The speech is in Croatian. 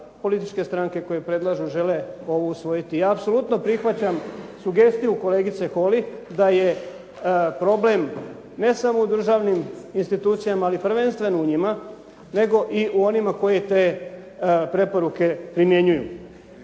političke stranke koje predlažu žele ovo usvojiti. Ja apsolutno prihvaćam sugestiju kolegice Holy da je problem ne samo u državnim institucijama ali prvenstveno u njima nego i u onima koji te preporuke primjenjuju.